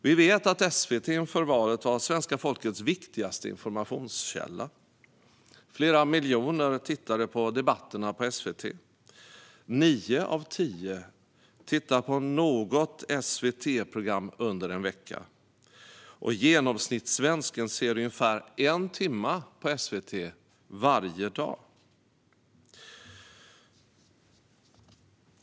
Vi vet att SVT inför valet var svenska folkets viktigaste informationskälla. Flera miljoner tittade på debatterna på SVT. Nio av tio tittar på något SVT-program under en vecka. Genomsnittssvensken ser ungefär en timme på SVT varje dag.